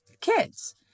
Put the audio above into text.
kids